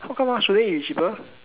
how come ah shouldn't it be cheaper